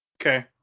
Okay